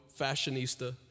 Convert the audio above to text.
fashionista